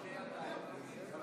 התשפ"א 2020,